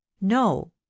no